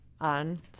on